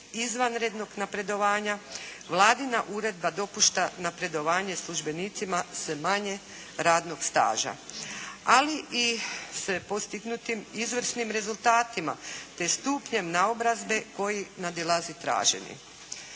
izvanrednog napredovanja Vladina uredba dopušta napredovanje službenicima sa manje radnog staža, ali i sa postignutim izvrsnim rezultatima, te stupnjem naobrazbe koji nadilazi traženje.